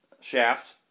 Shaft